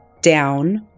down